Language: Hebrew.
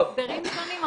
אלה הסדרים שונים,